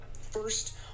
First